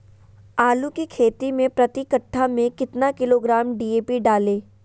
आलू की खेती मे प्रति कट्ठा में कितना किलोग्राम डी.ए.पी डाले?